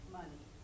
money